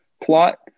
plot